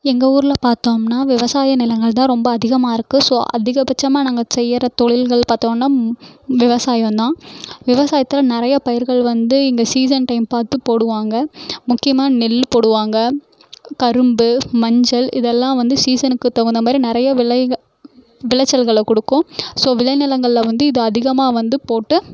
எங்க ஊரில் பார்த்தோம்னா விவசாய நிலங்கள் தான் ரொம்ப அதிகமாயிருக்கு ஸோ அதிகபட்சமாக நாங்கள் செய்கிற தொழில்கள் பாத்தோம்னா விவசாயம் தான் விவசாயத்தில் நிறைய பயிர்கள் வந்து இந்த சீசன் டைம் பார்த்து போடுவாங்க முக்கியமாக நெல் போடுவாங்க கரும்பு மஞ்சள் இதெல்லாம் வந்து சீசனுக்கு தகுந்த மாதிரி நிறைய விலைக விளைச்சல்களை கொடுக்கும் ஸோ விளைநிலங்களில் வந்து இது அதிகமாக வந்து போட்டு